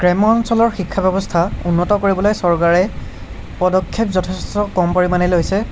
গ্ৰাম্য অঞ্চলৰ শিক্ষা ব্যৱস্থা উন্নত কৰিবলৈ চৰকাৰে পদক্ষেপ যথেষ্ট কম পৰিমাণে লৈছে